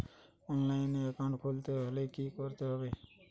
অনলাইনে একাউন্ট খুলতে হলে কি করতে হবে?